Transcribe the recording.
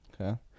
Okay